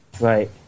Right